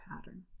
pattern